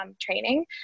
training